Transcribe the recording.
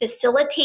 facilitate